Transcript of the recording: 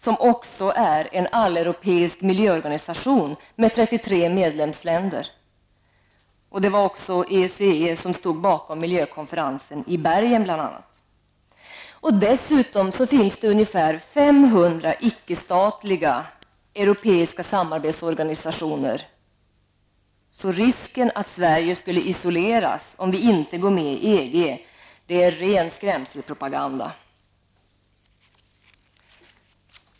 ECE är också en alleuropeisk miljöorganisation med 33 medlemsländer, som bl.a. stod bakom miljökonferensen i Bergen. Dessutom finns 500 Risken att Sverige skulle isoleras om vi inte går med i EG är ren skrämselpropaganda.